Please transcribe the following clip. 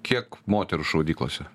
kiek moterų šaudyklose